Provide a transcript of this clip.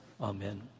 Amen